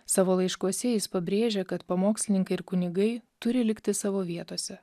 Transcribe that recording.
savo laiškuose jis pabrėžė kad pamokslininkai ir kunigai turi likti savo vietose